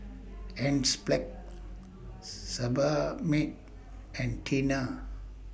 Enzyplex Sebamed and Tena